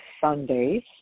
Sundays